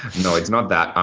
no, it's not that,